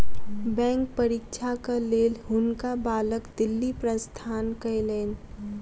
bank परीक्षाक लेल हुनका बालक दिल्ली प्रस्थान कयलैन